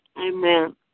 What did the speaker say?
Amen